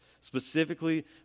specifically